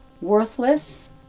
worthless